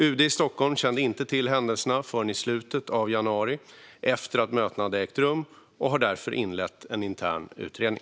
UD i Stockholm kände inte till händelserna förrän i slutet av januari, efter att mötena hade ägt rum, och har därför inlett en intern utredning.